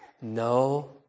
No